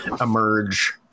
emerge